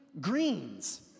greens